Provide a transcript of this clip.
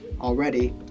already